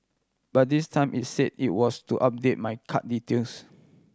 but this time it said it was to update my card details